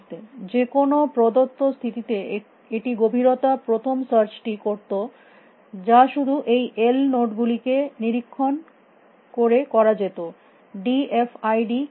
যেকোনো প্রদত্ত স্থিতিতে এটি গভীরতা প্রথম সার্চ টি করত যা শুধু এই এল নোড গুলিকে নিরীক্ষণ করে করা যেত ডি এফ আই ডি কী করছে